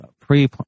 pre